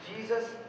Jesus